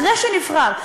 אחרי שנבחר,